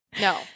No